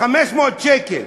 500 שקל.